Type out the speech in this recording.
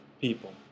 people